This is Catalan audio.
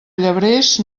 llebrers